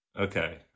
Okay